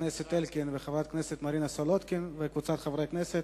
אלקין ומרינה סולודקין וקבוצת חברי הכנסת.